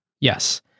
Yes